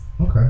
Okay